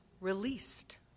released